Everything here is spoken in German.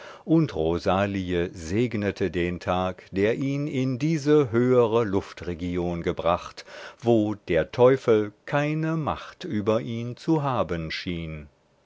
und rosalie segnete den tag der ihn in diese höhere luftregion gebracht wo der teufel keine macht über ihn zu haben schien